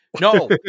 No